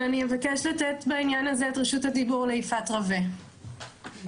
אבל אבקש לתת בעניין זה את רשות הדיבור ליפעת רווה שנמצאת